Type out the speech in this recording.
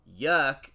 Yuck